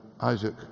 Isaac